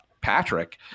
Patrick